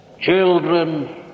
children